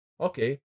Okay